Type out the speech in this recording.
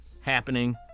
happening